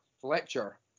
Fletcher